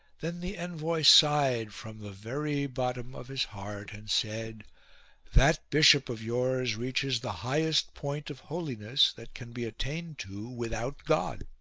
then the envoy sighed from the very bottom of his heart and said that bishop of yours reaches the highest point of holiness that can be attained to without god.